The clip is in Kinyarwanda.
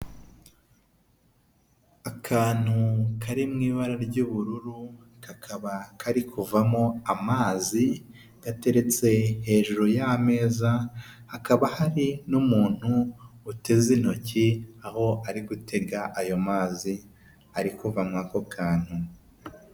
Akantu kari mu ibara ry'ubururu, kakaba kari kuvamo amazi, gateretse hejuru y'ameza, hakaba hari n'umuntu uteze intoki aho ari gutega ayo mazi ari kuva nwako kantu.